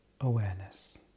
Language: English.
awareness